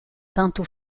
tantôt